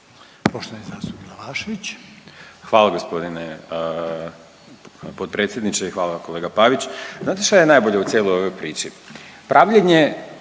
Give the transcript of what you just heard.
Bojan (Nezavisni)** Hvala gospodine potpredsjedniče i hvala vam kolega Pavić. Znate šta je najbolje u cijeloj ovoj priči,